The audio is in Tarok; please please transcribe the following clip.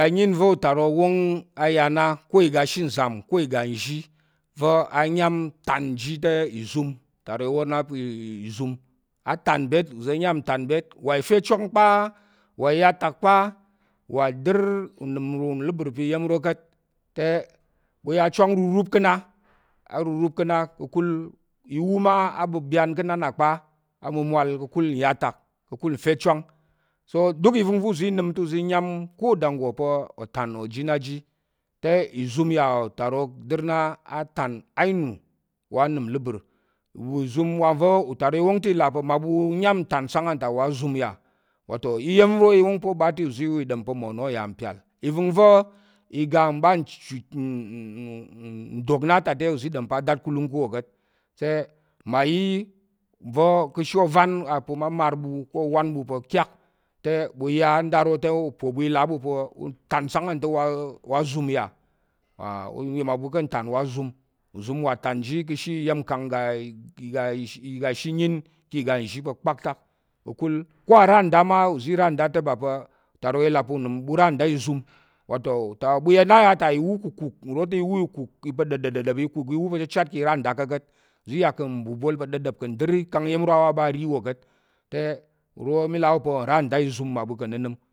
Ayin va̱ utarok wong ya na ko iga ashe nzam ko iga nzhi va̱ anyam ntan ji te ìzum, utarok i wor na pa̱ ìzum a tán byet uza̱ tán byet, uwa i fe achuwang kpa. uwa i ya atak kpa, uwa dər unəmləbər pa̱ iya̱m iro ka̱t, te ɓu ya achuwang rurup ká̱ na, a rurup ká̱ na ka̱kul i iwù mma abibyán ká̱ nna kpa ka̱kul amumwal ka̱kul nyà atak ka̱kul nfe achuwang so duk ivəngva̱ oza̱ i nəm te uza̱ i nyam ko udanggo pa̱ o tán o ji na ji te ìzum yà utarok dər na a tán inuwu wa anəmləbər, uzum wa nva̱ utarok i wong te i là pa̱ mmaɓu ɓu nyam ntán sang wa azum yà, wa to iya̱m iro i wong pa̱ o ɓa te, uza̱ i ɗom pa̱ mmawò nna o yà mpyal iva̱ va̱ iga m ɓa m- mm ntok na ta te uza̱ i ɗom pa̱ ada̱tkulung ká̱ wò ka̱t, te mmayi va̱ ka̱ ashe ovan a yà pa̱ mma mar ɓu ká̱ owan ɓu pa̱ kyak te ɓu ya nda nro te, upo ɓu i là á ɓu pa̱, után sang wan ta̱ wa azum yà? Á- mmaɓu ká̱ ntán wa azum, uzum uwa tán ji ka̱ ashe iya̱mkang iga ka̱ ashe aying ká̱ iga nzhi pa̱ kpaktak, ka̱kul ko a ra nda mma uza̱ i ra nda ta̱ ba pa̱ utarok i là pa̱ ura nda ta̱ wa izum wa to ɓu ya na ya ta iwu kukuk nro i kuk iwu pa̱ ɗəɗa̱p ɗəɗa̱p i kuk iwu pa̱ chichat kang i ra nda ko ka̱t uza̱ i yà ka̱ n bol pa̱ ɗəɗa̱p kang iya̱m iro a ɓa a ri wò ka̱t te mi là á ɓu pa̱ nra nda izum mmaɓu ka̱ nnənəm.